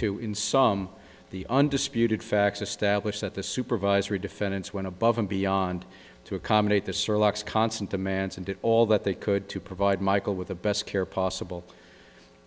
two in some the undisputed facts established that the supervisory defendants went above and beyond to accommodate the surge constant demands and did all that they could to provide michael with the best care possible